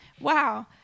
wow